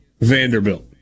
Vanderbilt